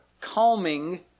calming